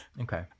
Okay